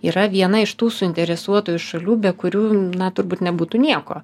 yra viena iš tų suinteresuotųjų šalių be kurių na turbūt nebūtų nieko